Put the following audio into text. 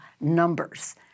numbers